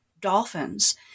dolphins